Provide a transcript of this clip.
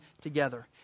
together